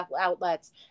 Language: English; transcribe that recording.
outlets